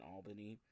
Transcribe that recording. Albany